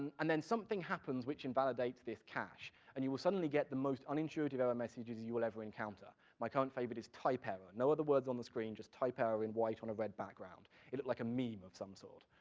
and and then something happens which invalidates this cache, and you will suddenly get the most unintuitive error messages you will ever encounter. my current favorite is type error. no other words on the screen, just type error in white on a red background. it looked like a meme of some sort.